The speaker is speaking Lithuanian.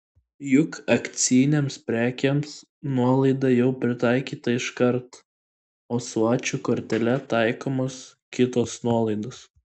juk akcijinėms prekėms nuolaida jau pritaikyta iškart o su ačiū kortele taikomos kitos nuolaidos